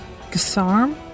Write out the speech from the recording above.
gasarm